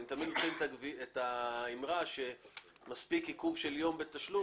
אני תמיד אומר שמספיק עיכוב של יום בתשלום,